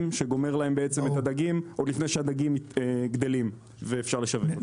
כשזה גומר להם את הדגים עוד לפני שהדגים גדלים ואפשר לשווק אותם.